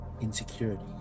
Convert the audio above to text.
insecurity